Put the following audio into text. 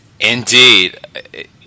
Indeed